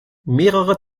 mehrere